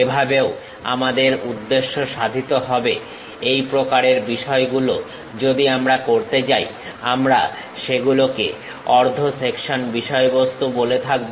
এভাবেও আমাদের উদ্দেশ্য সাধিত হবে এই প্রকারের বিষয়গুলো যদি আমরা করতে যাই আমরা সেগুলোকে অর্ধ সেকশন বিষয়বস্তু বলে থাকবো